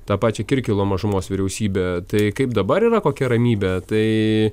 tą pačią kirkilo mažumos vyriausybę tai kaip dabar yra kokia ramybė tai